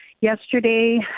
yesterday